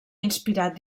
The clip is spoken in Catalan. inspirat